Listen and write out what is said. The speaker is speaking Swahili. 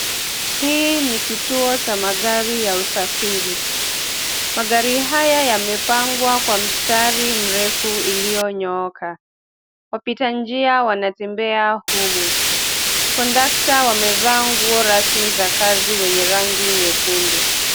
Hii ni kituo cha magari ya usafiri. Magari haya yamepangwa kwa mstari mrefu iliyonyooka. Wapita njia wanatembea humu. Kondukta wamevaa nguo rasmi za kazi wenye rangi nyekundu.